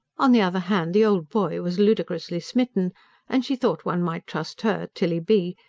on the other hand, the old boy was ludicrously smitten and she thought one might trust her, tilly b,